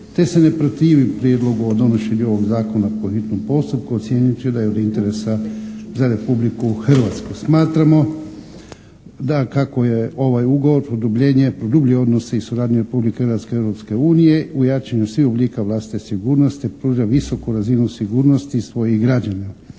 te se ne protivi prijedlogu o donošenju ovog zakona po hitnom postupku, ocijenivši da je od interesa za Republiku Hrvatsku. Smatramo da kako je ovaj ugovor produbljuje odnose i suradnju Republike Hrvatske i Europske unije u jačanju svih oblika vlastite sigurnosti, pruža visoku razinu sigurnosti svojih građana.